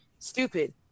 Stupid